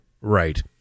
Right